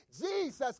Jesus